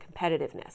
competitiveness